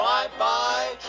Bye-bye